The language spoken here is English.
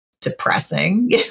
depressing